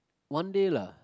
one day lah